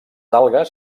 algues